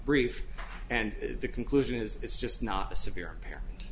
brief and the conclusion is it's just not a severe parent